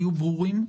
היו ברורים.